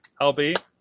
LB